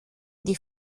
die